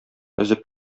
өзеп